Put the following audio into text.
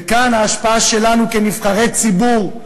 וכאן ההשפעה שלנו כנבחרי ציבור,